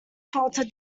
falter